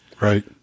Right